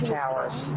towers